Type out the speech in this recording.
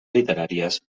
literàries